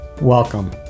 Welcome